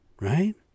right